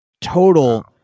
total